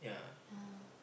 ah